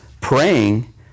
praying